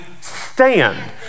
stand